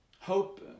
hope